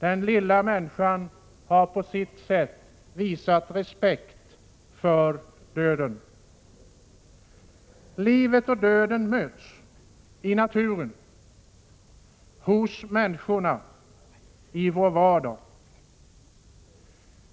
Den lilla människan har på sitt sätt visat respekt för döden. Livet och döden möts i naturen, hos människorna i vår vardag.